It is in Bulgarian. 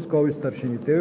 става § 23: „§ 23.